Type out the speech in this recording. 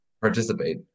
participate